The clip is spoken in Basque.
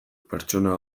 pertsona